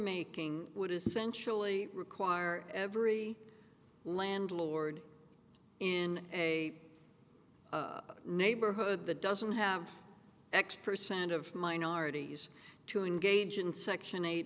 making would essentially require every landlord in a neighborhood that doesn't have x percent of minorities to engage in section eight